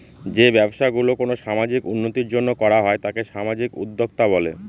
যে ব্যবসা গুলো কোনো সামাজিক উন্নতির জন্য করা হয় তাকে সামাজিক উদ্যক্তা বলে